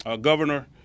Governor